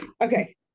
okay